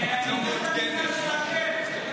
אקח את המכסה שלכם.